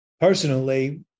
Personally